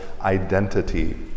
identity